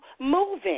moving